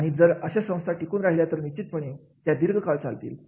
आणि जर अशा संस्था टिकून राहिल्या तर निश्चितपणे त्या दीर्घ काळ चालतील